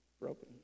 broken